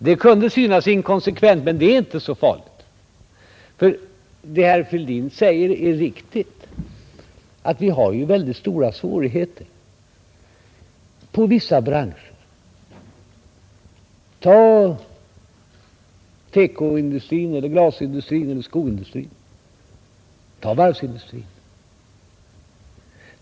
Det kunde synas inkonsekvent, men det är inte så farligt med den Nr 53 saken. Vad herr Fälldin säger är nämligen riktigt — vissa branscher har Tisdagen den stora svårigheter. Tag TEKO-industrin, glasindustrin, skoindustrin eller 30 mars 1971 varvsindustrin!